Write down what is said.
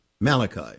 Malachi